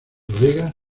bodegas